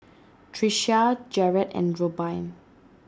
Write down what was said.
Trisha Jarred and Robyn